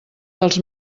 dels